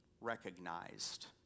recognized